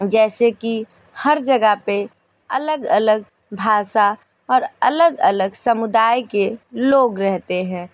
जैसे कि हर जगह पे अलग अलग भाषा और अलग अलग समुदाय के लोग रहते हैं